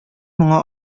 моңа